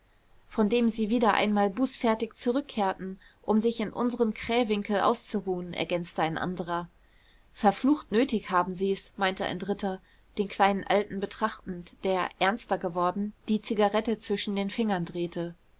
von dem sie wieder einmal bußfertig zurückkehrten um sich in unserem krähwinkel auszuruhen ergänzte ein anderer verflucht nötig haben sie's meinte ein dritter den kleinen alten betrachtend der ernster geworden die zigarette zwischen den fingern drehte